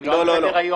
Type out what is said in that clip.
כמובן.